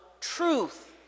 truth